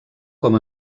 com